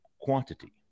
quantity